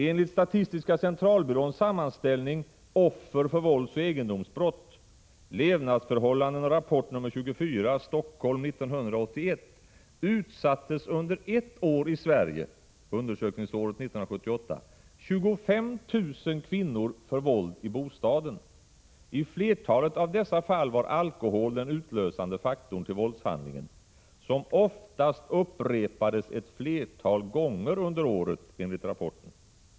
Enligt statistiska centralbyråns sammanställning Offer för våldsoch egendomsbrott, Levnadsförhållanden, Rapport Nr 24, Stockholm 1981, utsattes under ett år, undersökningsåret 1978, i Sverige 25 000 kvinnor för våld i bostaden. I flertalet av dessa fall var alkohol den utlösande faktorn till våldshandlingen, som oftast upprepades flera gånger under året.